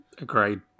Agreed